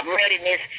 readiness